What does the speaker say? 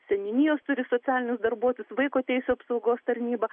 seniūnijos turi socialinius darbuotojus vaiko teisių apsaugos tarnyba